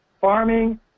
farming